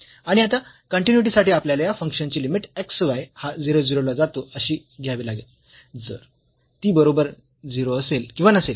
आणि आता कन्टीन्यूईटी साठी आपल्याला या फंक्शन ची लिमिट x y हा 0 0 ला जातो अशी घ्यावी लागेल जरी ती बरोबर 0 असेल किंवा नसेल